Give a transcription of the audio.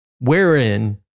wherein